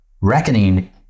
reckoning